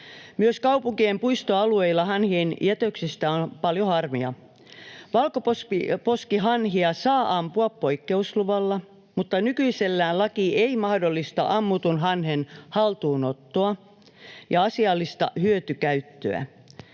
Myös kaupunkien puistoalueilla hanhien jätöksistä on paljon harmia. Valkoposkihanhia saa ampua poikkeusluvalla, mutta nykyisellään laki ei mahdollista ammutun hanhen haltuunottoa ja asiallista hyötykäyttöä.